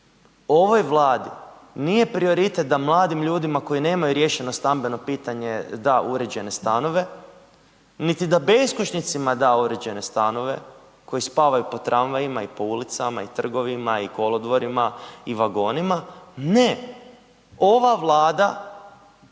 ovoj Vladi nije prioritet da mladim ljudima koji nemaju riješeno stambeno pitanje da uređene stanove niti da beskućnicima da uređene stanove koji spavaju po tramvajima i po ulicama i trgovima i kolodvorima i vagonima. Ne, ova Vlada